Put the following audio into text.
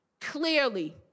clearly